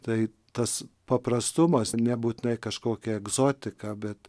tai tas paprastumas nebūtinai kažkokia egzotika bet